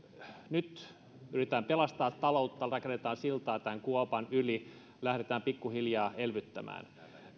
nyt yritetään pelastaa taloutta rakennetaan siltaa tämän kuopan yli lähdetään pikkuhiljaa elvyttämään